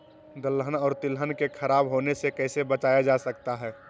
दलहन और तिलहन को खराब होने से कैसे बचाया जा सकता है?